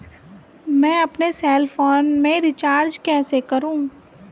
मैं अपने cell phone में रिचार्ज कैसे करूँ?